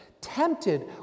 tempted